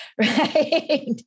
right